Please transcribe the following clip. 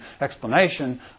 explanation